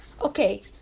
okay